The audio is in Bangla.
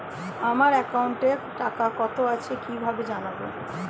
আমার একাউন্টে টাকা কত আছে কি ভাবে জানবো?